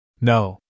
No